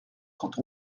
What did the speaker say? quand